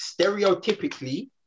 Stereotypically